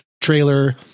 trailer